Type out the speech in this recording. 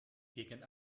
gegen